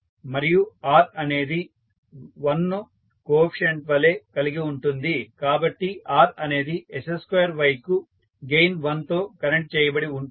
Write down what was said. మరియు r అనేది 1 ను కోఎఫీసియంట్ వలె కలిగి ఉంటుంది కాబట్టి r అనేది s2Y కు గెయిన్ 1 తో కనెక్ట్ చేయబడి ఉంటుంది